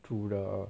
to the